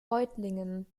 reutlingen